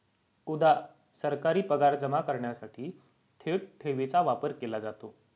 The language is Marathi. उदा.सरकारी पगार जमा करण्यासाठी थेट ठेवीचा वापर केला जातो